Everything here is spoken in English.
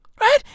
right